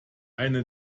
eine